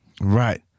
right